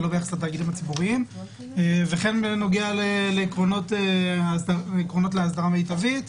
ולא ביחס לתאגידים הציבוריים וכן בנוגע לעקרונות לאסדרה מיטבית.